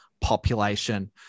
population